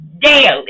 daily